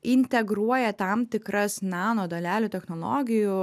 integruoja tam tikras nanodalelių technologijų